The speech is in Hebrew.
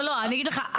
לא לא אני אגיד לך,